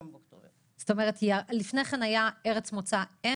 זאת אומרת לפני כן היה "ארץ מוצא אם",